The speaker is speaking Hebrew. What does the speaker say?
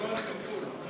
זמן כפול.